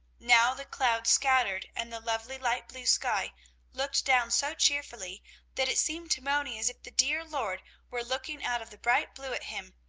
now the clouds scattered and the lovely light blue sky looked down so cheerfully that it seemed to moni as if the dear lord were looking out of the bright blue at him,